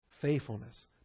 faithfulness